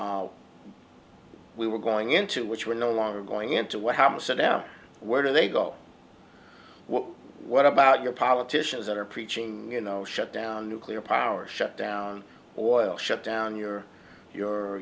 we were going into which were no longer going into what happened where do they go what about your politicians that are preaching you know shut down nuclear power shut down oil shut down your your